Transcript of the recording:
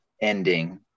ending